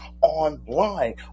online